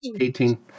eighteen